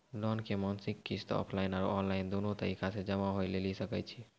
Loan के मासिक किस्त ऑफलाइन और ऑनलाइन दोनो तरीका से जमा होय लेली सकै छै?